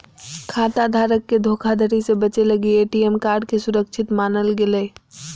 खाता धारक के धोखाधड़ी से बचे लगी ए.टी.एम कार्ड के सुरक्षित मानल गेलय